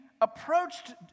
approached